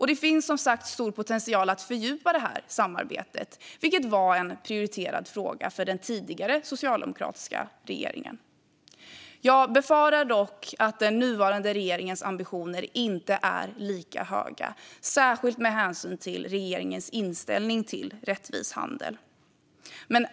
Det finns som sagt stor potential att fördjupa samarbetet, vilket var en prioriterad fråga för den tidigare socialdemokratiska regeringen. Jag befarar dock att den nuvarande regeringens ambitioner inte är lika höga, särskilt med hänsyn till regeringens inställning till rättvis handel.